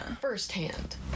firsthand